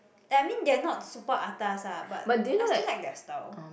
I mean they are not super atas ah but I still like their style